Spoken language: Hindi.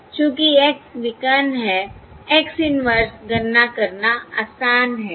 चूंकि X विकर्ण है X इन्वर्स गणना करना आसान है